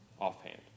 offhand